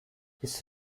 his